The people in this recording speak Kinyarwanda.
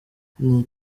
gipimo